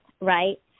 right